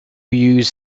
use